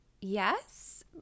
yes